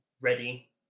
ready